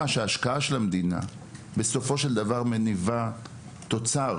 שהשראה שההשקעה של המדינה מניבה תוצאות